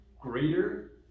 greater